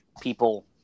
people